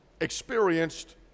experienced